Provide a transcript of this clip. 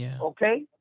okay